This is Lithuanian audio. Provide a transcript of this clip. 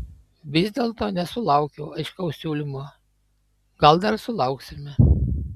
vis dėlto nesulaukiau aiškaus siūlymo gal dar sulauksime